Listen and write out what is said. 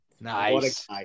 Nice